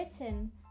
written